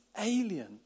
alien